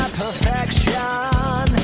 perfection